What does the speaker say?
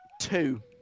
two